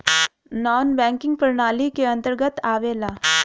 नानॅ banking प्रणाली के अंतर्गत आवेला